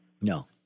No